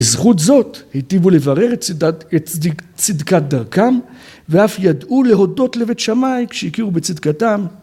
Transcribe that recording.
‫בזכות זאת היטיבו לברר ‫את צדקת דרכם ‫ואף ידעו להודות לבית שמאי ‫כשהכירו בצדקתם.